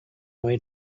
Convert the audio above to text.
way